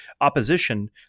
opposition